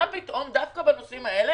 למה דווקא בנושאים האלה